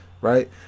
right